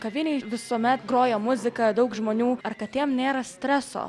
kavinėj visuomet groja muzika daug žmonių ar katėm nėra streso